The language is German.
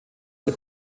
der